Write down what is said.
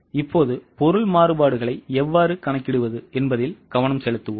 இப்போது பொருள் மாறுபாடுகளை எவ்வாறு கணக்கிடுவது என்பதில் கவனம் செலுத்துவோம்